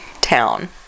town